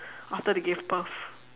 after they give birth